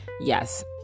Yes